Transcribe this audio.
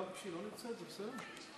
גם כשהיא לא נמצאת, זה בסדר?